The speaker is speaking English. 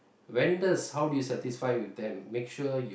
vendors how do you satisfy with them make sure you